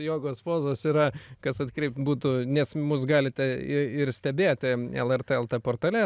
jogos pozos yra kas atkreipt būtų nes mus galite ir ir stebėti lrt el t portale